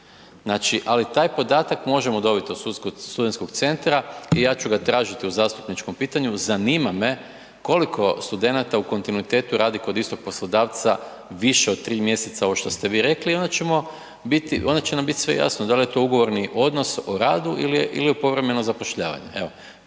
Znači, ali taj podatak možemo dobit od studentskog centra i ja ću ga tražiti u zastupničkom pitanju, zanima me koliko studenata u kontinuitetu radi kod istog poslodavca više od 3 mjeseca, ovo šta ste vi rekli i onda ćemo biti, onda će nam biti sve jasno dal je to ugovorni odnos o radu il je, il je povremeno zapošljavanje,